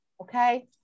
Okay